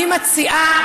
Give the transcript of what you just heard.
אני מציעה,